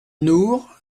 nour